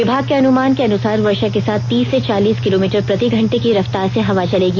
विमाग के अनुमान के अनुसार वर्षा के साथ तीस से चालीस किलोमीटर प्रतिघंटे की रफतार से हवा चलेंगी